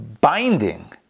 binding